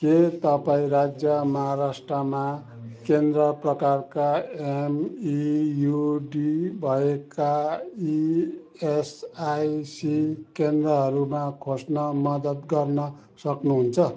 के तपाईँँ राज्य महाराष्ट्रमा केन्द्र प्रकारका एमइयुडी भएका इएसआइसी केन्द्रहरू खोज्न मद्दत गर्न सक्नुहुन्छ